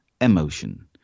emotion